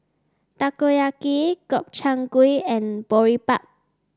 Takoyaki Gobchang Gui and Boribap